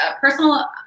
personal